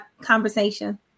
conversation